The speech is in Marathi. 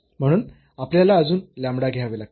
म्हणून आपल्याला अजून लॅमडा घ्यावे लागतील